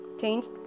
changed